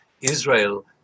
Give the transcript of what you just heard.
Israel